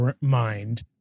mind